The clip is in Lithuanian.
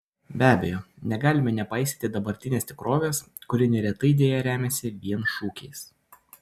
be abejo negalime nepaisyti dabartinės tikrovės kuri neretai deja remiasi vien šūkiais